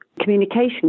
communication